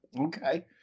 Okay